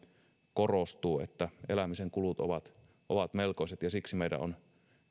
korostuu että elämisen kulut ovat ovat melkoiset ja siksi meidän on